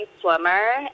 swimmer